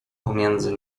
pomiędzy